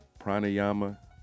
pranayama